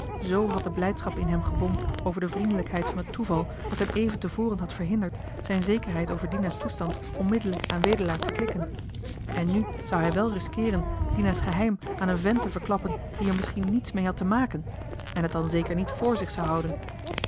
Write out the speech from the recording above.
z had de blijdschap in hem gebonkt over de vriendelijkheid van het toeval dat hem even te voren had verhinderd zijn zekerheid over dina's toestand onmiddellijk aan wedelaar johan de meester de zonde in het deftige dorp te klikken en nu zou hij wel riskeeren dina's geheim aan een vent te verklappen die misschien er niets mee te maken had en het dan zeker niet vr zich zou houden